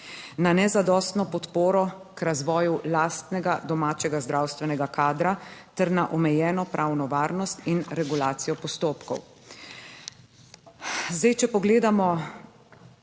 na nezadostno podporo k razvoju lastnega, domačega zdravstvenega kadra ter na omejeno pravno varnost in regulacijo postopkov.